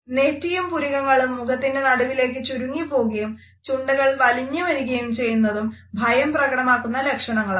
നെറ്റിയും പുരികങ്ങളും മുഖത്തിന്റെ നടുവിലേക്ക് ചുരുങ്ങിപ്പോവുകയും ചുണ്ടുകൾ വലിഞ്ഞുവരികയും ചെയ്യുന്നതും ഭയം പ്രകടമാക്കുന്ന ലക്ഷണങ്ങളാണ്